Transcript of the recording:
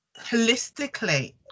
holistically